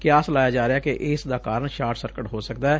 ਕਿਆਸ ਲਾਇਆ ਜਾ ਰਿਹੈ ਕਿ ਇਸ ਦਾ ਕਾਰਨ ਸ਼ਾਰਟ ਸਰਕਟ ਹੋ ਸਕਦੈ